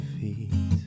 feet